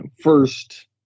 first